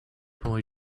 boy